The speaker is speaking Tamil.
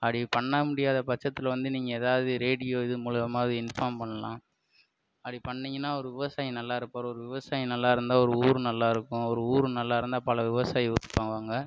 அப்படி பண்ண முடியாத பட்சத்தில் வந்து நீங்கள் எதாவது ரேடியோ இது மூலமாக அதை இன்ஃபார்ம் பண்ணலாம் அப்படி பண்ணீங்கனா ஒரு விவசாயம் நல்லா இருப்பாரு ஒரு விவசாயம் நல்லா இருந்தால் ஒரு ஊரு நல்லா இருக்கும் ஒரு ஊரு நல்லா இருந்தால் பல விவசாயிகள்